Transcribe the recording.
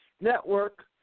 Network